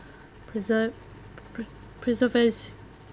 preserve pre~ preservat~